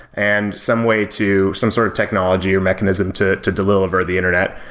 and some way to some sort of technology, or mechanism to to deliver the internet,